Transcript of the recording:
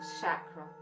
chakra